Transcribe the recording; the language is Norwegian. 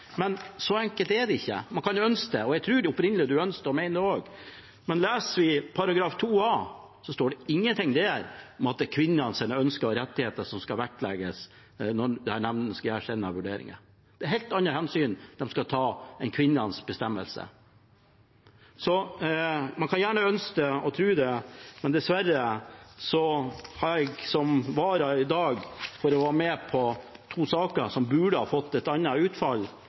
Men så enkelt er det ikke. Man kan ønske seg det – og jeg tror oppriktig at du ønsker og mener det – men leser vi § 2 a, står det ingenting der om at det er kvinnenes ønsker og rettigheter som skal vektlegges når disse nemndene skal gjøre sine vurderinger. De skal ta helt andre hensyn enn kvinnenes rett til bestemmelse. Man kan gjerne ønske det og tro det, men dessverre får jeg som vararepresentant i dag være med på behandlingen av to saker som burde fått et annet utfall.